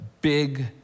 big